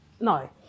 No